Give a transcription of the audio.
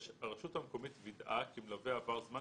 הרשות המקומית וידאה כי מלווה עבר זמן